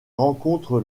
rencontre